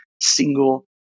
single